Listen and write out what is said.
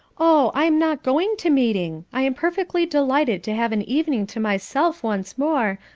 oh, i am not going to meeting. i am perfectly delighted to have an evening to myself once more,